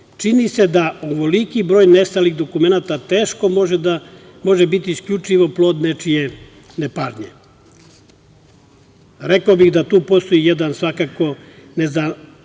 čini se da ovoliki broj nestalih dokumenata teško može biti isključivo plod nečije nepažnje. Rekao bih da tu postoji jedan svakako nezanemarljiv